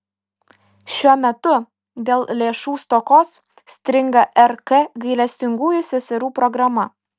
šiuo metu dėl lėšų stokos stringa rk gailestingųjų seserų programa